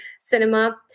cinema